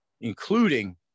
including